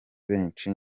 benshi